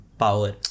power